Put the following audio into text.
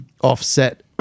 offset